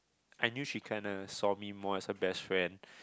I knew she kinda saw me more as her best friend